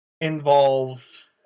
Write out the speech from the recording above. involves